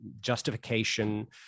justification